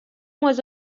was